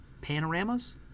panoramas